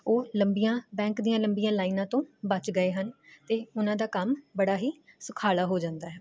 ਉਹ ਲੰਬੀਆਂ ਬੈਂਕ ਦੀਆਂ ਲੰਬੀਆਂ ਲਾਈਨਾਂ ਤੋਂ ਬਚ ਗਏ ਹਨ ਅਤੇ ਉਹਨਾਂ ਦਾ ਕੰਮ ਬੜਾ ਹੀ ਸੁਖਾਲਾ ਹੋ ਜਾਂਦਾ ਹੈ